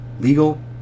Legal